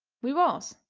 we was.